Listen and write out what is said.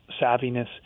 savviness